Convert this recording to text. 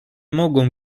mogą